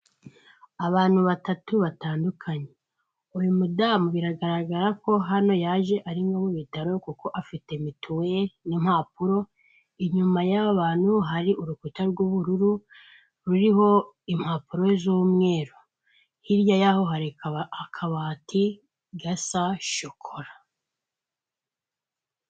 Abantu batatu batandukanye. Uyu mudamu biragaragara ko hano yaje mu ari nko Bitaro kuko afite mituwelli n'impapuro, inyuma y'aba bantu hari urukuta rw'ubururu ruriho impapuro z'umweru. Hirya y'aho hari akabati gasa shokora.